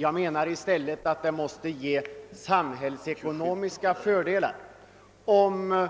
Jag menar att det i stället måste innebära samhällsekonomiska fördelar som